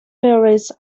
theories